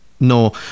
no